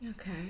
Okay